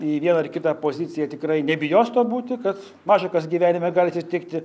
į vieną ar kitą poziciją tikrai nebijos to būti kad maža kas gyvenime gali atsitikti